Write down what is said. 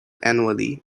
annually